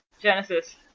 Genesis